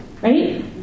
right